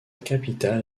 capitale